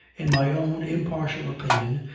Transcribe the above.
in my own impartial opinion,